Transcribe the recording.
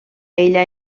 ella